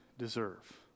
deserve